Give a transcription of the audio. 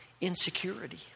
insecurity